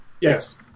yes